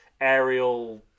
aerial